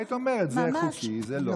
היית אומרת: זה חוקי, זה לא חוקי, וזהו.